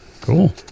Cool